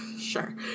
sure